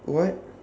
what